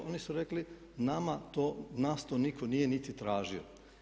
Oni su rekli nama to, nas to nitko nije niti tražio.